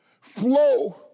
flow